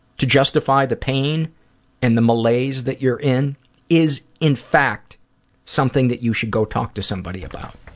to justify the pain and the malaise that you're in is in fact something that you should go talk to somebody about.